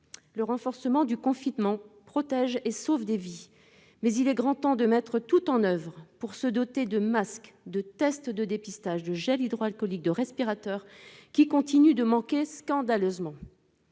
Le renforcement du confinement protège et sauve des vies, mais il est grand temps de mettre tout en oeuvre pour se doter de masques, de tests de dépistage, de gels hydroalcooliques, de respirateurs, qui continuent de manquer scandaleusement.